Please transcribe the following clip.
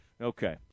Okay